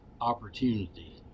opportunity